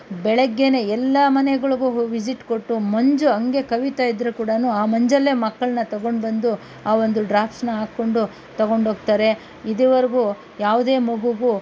ಬೆಳಗ್ಗೆಯೇ ಎಲ್ಲ ಮನೆಗಳಿಗೂ ವಿಸಿಟ್ ಕೊಟ್ಟು ಮಂಜು ಹಂಗೆ ಕವಿತಾ ಇದ್ದರು ಕೂಡ ಆ ಮಂಜಲ್ಲೇ ಮಕ್ಕಳನ್ನ ತಗೊಂಡ್ಬಂದು ಆ ಒಂದು ಡ್ರಾಪ್ಸ್ನ ಹಾಕ್ಕೊಂಡು ತೊಗೊಂಡೋಗ್ತಾರೆ ಇದುವರೆಗೂ ಯಾವುದೇ ಮಗೂಗೂ